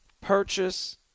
Purchase